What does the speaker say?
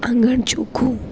આંગણ ચોખ્ખું